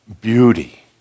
beauty